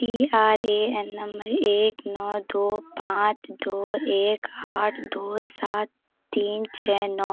P R A N number ایک نو دو پانچ دو ایک آٹھ دو سات تین چھ نو